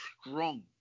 strong